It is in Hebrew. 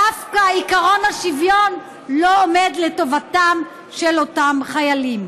דווקא עקרון השוויון לא עומד לטובתם של אותם חיילים.